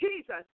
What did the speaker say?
Jesus